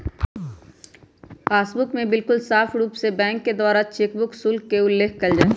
passbook में बिल्कुल साफ़ रूप से बैंक के द्वारा चेकबुक शुल्क के उल्लेख कइल जाहई